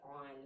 on